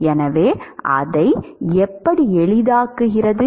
எனவே அதை எப்படி எளிதாக்குகிறது